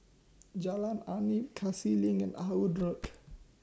Jalan Arnap Cassia LINK and Ah Hood Road